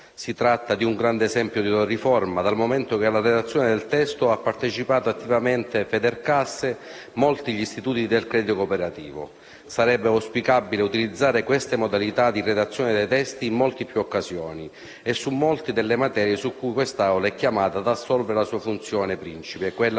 Si tratta di un grande esempio di riforma dal momento che alla redazione del testo ha partecipato attivamente Federcasse e, dunque, molti istituti del credito cooperativo. Sarebbe auspicabile utilizzare queste modalità di redazione dei testi in molte più occasioni e su molte delle materie su cui quest'Assemblea è chiamata ad assolvere la sua funzione principe, quella